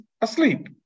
asleep